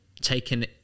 taken